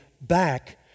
back